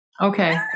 Okay